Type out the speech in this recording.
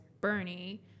Bernie